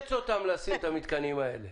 נאלץ אותם לשים את המתקנים האלה.